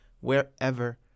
wherever